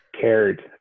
cared